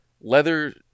leather